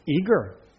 eager